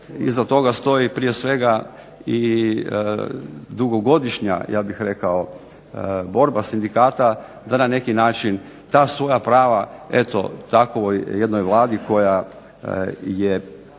iza toga stoji prije svega i dugogodišnja, ja bih rekao borba sindikata, da na neki način ta svoja prava eto takvoj jednoj Vladi koja je